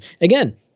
again